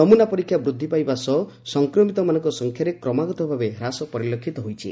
ନମୁନା ପରୀକ୍ଷା ବୃଦ୍ଧି ପାଇବା ସହ ସଂକ୍ରମିତମାନଙ୍କ ସଂଖ୍ୟାରେ କ୍ରମାଗତ ଭାବେ ହ୍ରାସ ପରିଲକ୍ଷିତ ହୋଇଛି